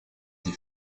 des